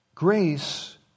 Grace